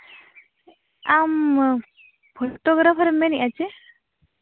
ᱟᱢ ᱯᱷᱳᱴᱳᱜᱨᱟᱯᱷᱟᱨ ᱮᱢ ᱢᱮᱱᱮᱫᱼᱟ ᱥᱮ